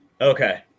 Okay